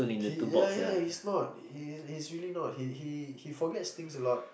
he ya ya he's not he's really not he forgets things a lot